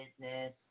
business